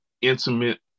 intimate